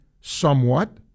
somewhat